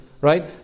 Right